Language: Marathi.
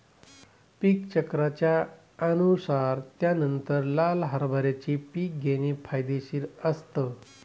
पीक चक्राच्या अनुसार त्यानंतर लाल हरभऱ्याचे पीक घेणे फायदेशीर असतं